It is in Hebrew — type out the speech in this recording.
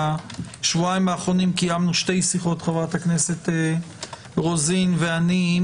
בשבועיים האחרונים קיימנו שתי שיחות חברת הכנסת רוזין ואני עם